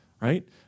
right